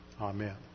Amen